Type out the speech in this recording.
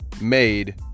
made